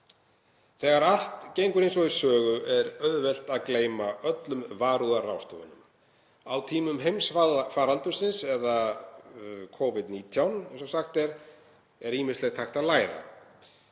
Þegar allt gengur eins og í sögu er auðvelt að gleyma öllum varúðarráðstöfunum og af tímum heimsfaraldursins Covid-19 er ýmislegt hægt að læra.